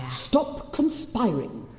stop conspiring!